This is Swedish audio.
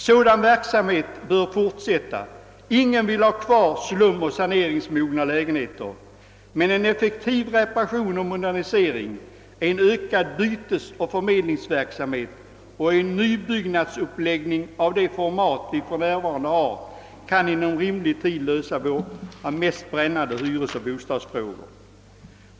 Sådan verksamhet bör fortsätta. Ingen vill ha kvar slumoch saneringsmogna lägenheter. Men en effektiv reparation och modernisering, en ökad bytesoch förmedlingsverksamhet och en nybyggnadsuppläggning av det format vi för närvarande har kan inom en rimlig tid lösa våra mest brännande hyresoch bostadsfrågor.